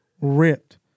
ripped